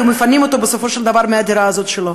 היו מפנים אותו בסופו של דבר מהדירה הזאת שלו.